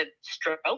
stroke